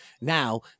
Now